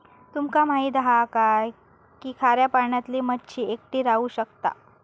तुमका माहित हा काय की खाऱ्या पाण्यातली मच्छी एकटी राहू शकता